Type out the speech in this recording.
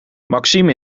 maxime